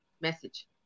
Message